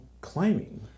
climbing